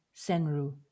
senru